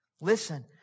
Listen